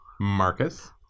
Marcus